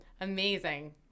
Amazing